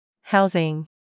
Housing